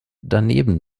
daneben